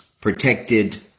protected